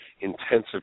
intensive